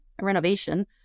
renovation